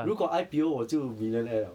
如果 I_P_O 我就 millionaire liao